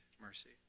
mercy